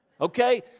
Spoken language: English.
okay